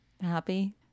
happy